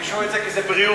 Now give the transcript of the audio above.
ביקשו את זה כי זה בריאות.